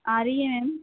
आ रही है मैम